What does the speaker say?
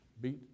beat